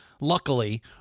Luckily